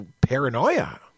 paranoia